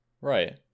right